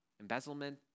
Embezzlement